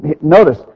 Notice